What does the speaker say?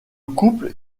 couple